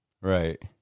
right